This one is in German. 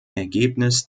ergebnis